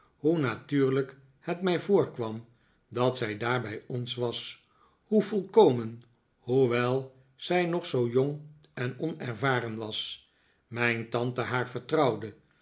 hoe natuurlijk het mij voorkwam dat zij daar bij ons was hoe volkomen hoewel zij nog zoo jong en onervaren was mijn tante haar vertrouwde